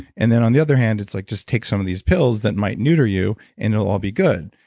and then, on the other hand it's like, just take some of these pills that might neuter you and it'll all be good.